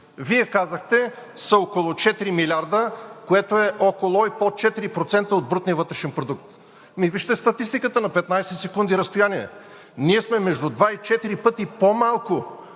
Вие казахте, са около четири милиарда, което е около и под 4% от брутния вътрешен продукт. Ами вижте статистиката, на 15 секунди разстояние е. Ние сме между два и четири пъти по-малко,